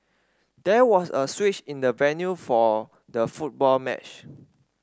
there was a switch in the venue for the football match